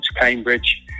Cambridge